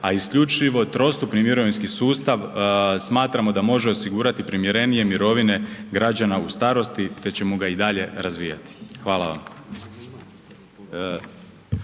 a isključivo trostupni mirovinski sustav smatramo da može osigurati primjerenije mirovine građana u starosti, te ćemo ga i dalje razvijati. Hvala vam.